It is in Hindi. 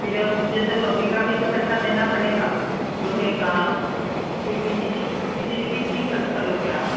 फिर अब मुझे तो लोहे का भी तो पैसा देना पड़ेगा लोहे का फिर बिजली बिजली किसकी खर्च करोगे आप